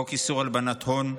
חוק איסור הלבנת הון,